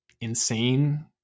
insane